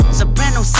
Soprano